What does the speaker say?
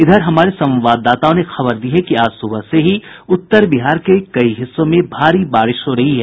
इधर हमारे संवाददाताओं ने खबर दी है कि आज सुबह से ही उत्तर बिहार के कई हिस्सों में भारी बारिश हो रही है